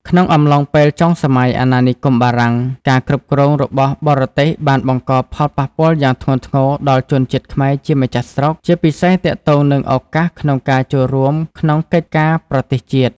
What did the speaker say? ក្នុងអំឡុងពេលចុងសម័យអាណានិគមបារាំង ការគ្រប់គ្រងរបស់បរទេសបានបង្កផលប៉ះពាល់យ៉ាងធ្ងន់ធ្ងរដល់ជនជាតិខ្មែរជាម្ចាស់ស្រុក ជាពិសេសទាក់ទងនឹងឱកាសក្នុងការចូលរួមក្នុងកិច្ចការប្រទេសជាតិ។